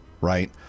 right